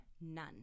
none